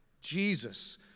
Jesus